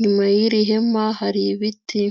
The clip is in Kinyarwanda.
nyuma y'iri hema hari ibiti.